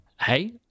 Hey